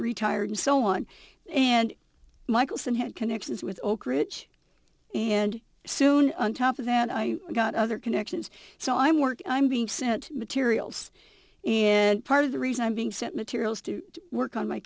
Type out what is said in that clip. retired and so on and michelson had connections with oakridge and soon on top of that i got other connections so i'm working i'm being sent materials and part of the reason i'm being sent materials to work on my